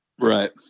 Right